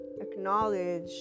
acknowledge